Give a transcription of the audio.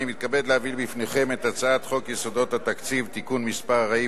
אני מתכבד להביא בפניכם את הצעת חוק יסודות התקציב (תיקון מס' 40),